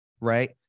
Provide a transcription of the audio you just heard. right